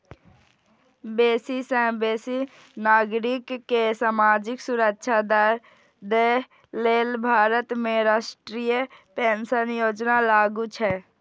बेसी सं बेसी नागरिक कें सामाजिक सुरक्षा दए लेल भारत में राष्ट्रीय पेंशन योजना लागू छै